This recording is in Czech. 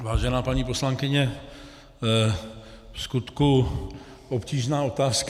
Vážená paní poslankyně, vskutku obtížná otázka.